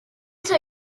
tell